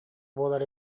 буолар